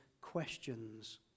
questions